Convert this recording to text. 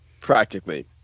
Practically